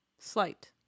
slight